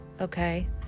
okay